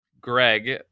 Greg